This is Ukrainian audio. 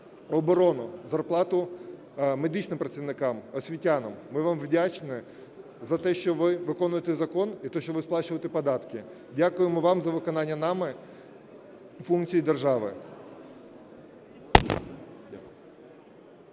оборону, зарплату медичним працівникам, освітянам. Ми вам вдячні за те, що ви виконуєте закон і те, що ви сплачуєте податки. Дякуємо вам за виконання нами функцій держави.